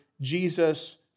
Jesus